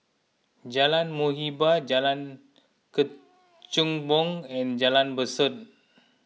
Jalan Muhibbah Jalan Kechubong and Jalan Besut